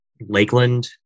Lakeland